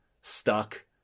stuck